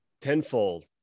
tenfold